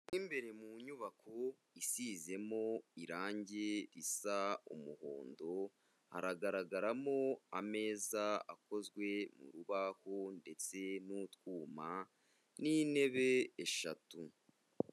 Mu imbere mu nyubako isizemo irange risa umuhondo, haragaragaramo ameza akozwe mu rubaho ndetse n'utwuma n'intebe eshatu.